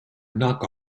knock